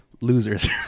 losers